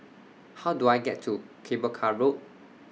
How Do I get to Cable Car Road